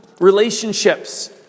relationships